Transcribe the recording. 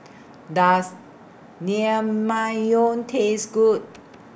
Does Naengmyeon Taste Good